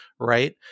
Right